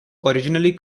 originally